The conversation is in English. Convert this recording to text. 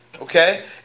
okay